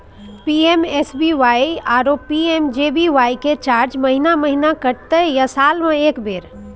PMSBY आरो PMJBY के charge महीने महीना कटते या साल म एक बेर?